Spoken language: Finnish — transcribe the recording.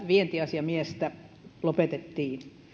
vientiasiamiehen tointa lopetettiin